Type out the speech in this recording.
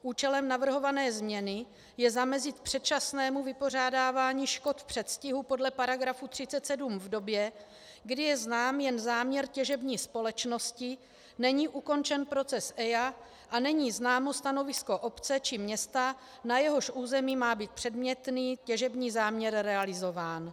Účelem navrhované změny je zamezit předčasnému vypořádávání škod v předstihu podle § 37 v době, kdy je znám jen záměr těžební společnosti, není ukončen proces EIA a není známo stanovisko obce či města, na jehož území má být předmětný těžební záměr realizován.